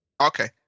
Okay